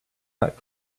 not